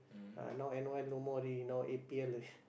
now n_o_l no more already now n_p_l